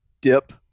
dip